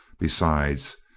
besides,